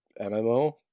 MMO